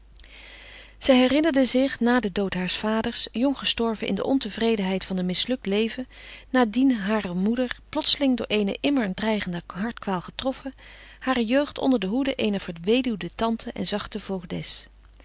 zij herinnerde zich na den dood haars vaders jong gestorven in de ontevredenheid van een mislukt leven na dien harer moeder plotseling door eene immer dreigende hartkwaal getroffen hare jeugd onder de hoede eener verweduwde tante en zachte